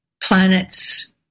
planets